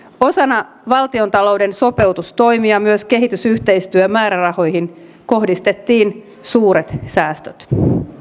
osana valtiontalouden sopeutustoimia myös kehitysyhteistyömäärärahoihin kohdistettiin suuret säästöt